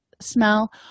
smell